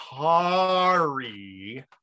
kari